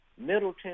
Middleton